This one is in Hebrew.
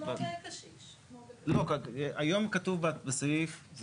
היום כתוב בסעיף,